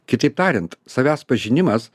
kitaip tariant savęs pažinimas